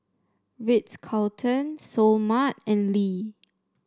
Ritz Carlton Seoul Mart and Lee